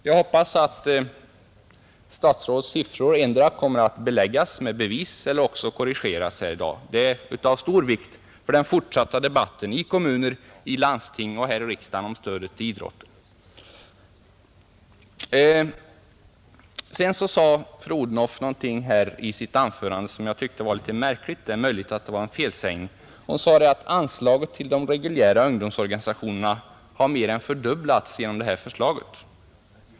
Jag hoppas att statsrådets siffror antingen kommer att beläggas med bevis eller också korrigeras här i dag. Det är av stor vikt för den fortsatta debatten i kommuner, landsting och här i riksdagen om stödet till idrotten. Sedan sade fru Odhnoff något i sitt anförande som jag tyckte var litet märkligt. Det är möjligt att det var en felsägning, Hon sade att anslaget till de reguljära ungdomsorganisationerna har mer än fördubblats genom detta förslag.